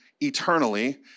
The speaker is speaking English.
eternally